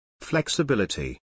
flexibility